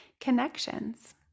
connections